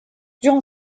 durant